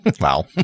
Wow